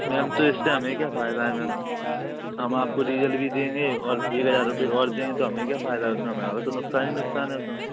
ma'am तो इससे हमें क्या फायदा है मैम हम आपको डीजल भी देंगे और एक हज़ार रुपए और दें तो हमें क्या फ़ायदा है उसमें हमारा तो नुकसान ही नुकसान हैं उसमें